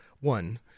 one